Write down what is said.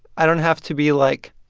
i don't have to be, like,